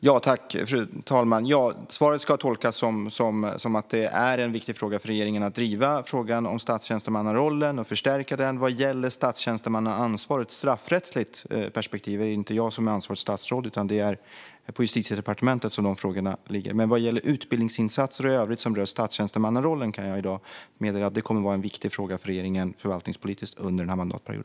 Fru talman! Ja, svaret ska tolkas som att det är viktigt för regeringen att driva frågan om statstjänstemannarollen och att förstärka den. Vad gäller statstjänstemannaansvaret ur ett straffrättsligt perspektiv är det inte jag som är ansvarigt statsråd, utan de frågorna ligger på Justitiedepartementet. Men vad gäller utbildningsinsatser och övrigt som rör statstjänstemannarollen kan jag i dag meddela att det kommer att vara en viktig förvaltningspolitisk fråga för regeringen under denna mandatperiod.